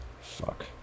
Fuck